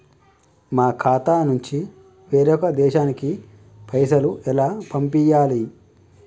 మా ఖాతా నుంచి వేరొక దేశానికి పైసలు ఎలా పంపియ్యాలి?